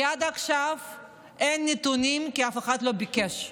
כי עד עכשיו אין נתונים כי אף אחד לא ביקש,